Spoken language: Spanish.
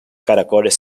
caracoles